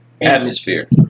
atmosphere